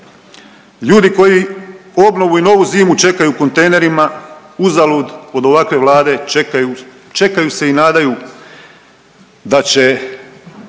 Ljudi koji obnovu i novu zimu čekaju u kontejnerima uzalud od ovakve Vlade čekaju, čekaju se i nadaju da će